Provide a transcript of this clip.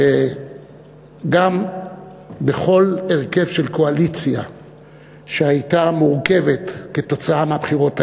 שגם בכל הרכב של קואליציה שהייתה מורכבת כתוצאה מהבחירות האלה,